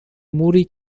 موری